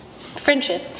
friendship